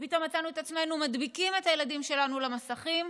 פתאום מצאנו את עצמנו מדביקים את הילדים שלנו למסכים.